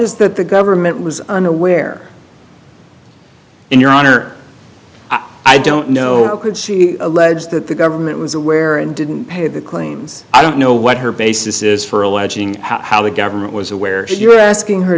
edges that the government was unaware in your honor i don't know how could she alleged that the government was aware and didn't pay the claims i don't know what her basis is for alleging how the government was aware that you were asking her